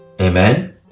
Amen